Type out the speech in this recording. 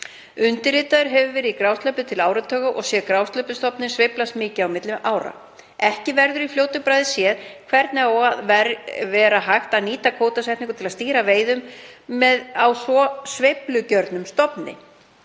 Undirritaður hefur verið á grásleppu til áratuga og séð grásleppustofninn sveiflast mikið til milli ára. Ekki verður í fljótu bragði séð hvernig á að vera hægt að nýta kvótasetningu til að stýra veiðum á svo sveiflugjörnum stofni.